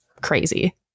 crazy